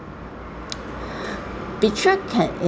picture can